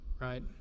right